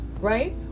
right